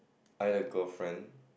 I had a girlfriend